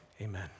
amen